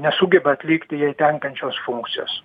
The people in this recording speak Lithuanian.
nesugeba atlikti jai tenkančios funkcijos